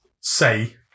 say